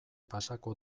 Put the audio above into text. pasako